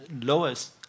lowest